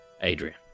Adrian